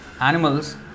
animals